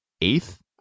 eighth